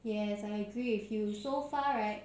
yes I agree with you so far right